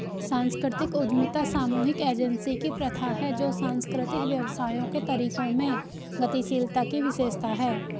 सांस्कृतिक उद्यमिता सामूहिक एजेंसी की प्रथा है जो सांस्कृतिक व्यवसायों के तरीकों में गतिशीलता की विशेषता है